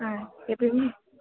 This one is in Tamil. ஆ